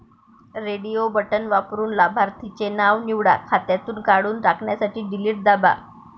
radio button वापरून लाभार्थीचे नाव निवडा, खात्यातून काढून टाकण्यासाठी डिलीट दाबा